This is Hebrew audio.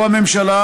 או הממשלה